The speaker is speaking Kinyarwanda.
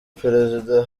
perezida